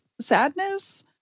sadness